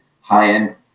high-end